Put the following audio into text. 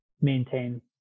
maintain